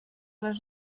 les